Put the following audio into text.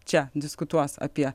čia diskutuos apie